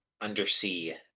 undersea